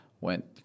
went